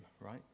right